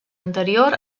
anterior